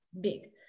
big